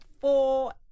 four